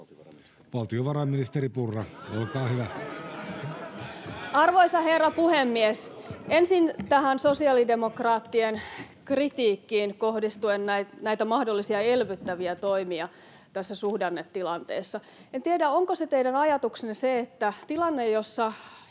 Skinnari sd) Time: 16:07 Content: Arvoisa herra puhemies! Ensin tähän sosiaalidemokraattien kritiikkiin kohdistuen näihin mahdollisiin elvyttäviin toimiin tässä suhdannetilanteessa: En tiedä, onko se teidän ajatuksenne se, että tilanteessa,